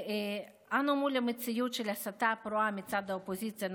אנו מול מציאות של הסתה פרועה מצד האופוזיציה הנוכחית,